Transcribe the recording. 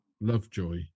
Lovejoy